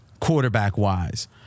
quarterback-wise